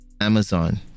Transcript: amazon